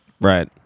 Right